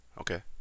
Okay